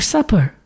Supper